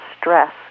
stress